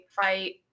fight